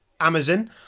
amazon